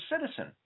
citizen